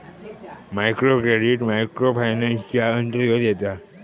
micro credit micro finance च्या अंतर्गत येता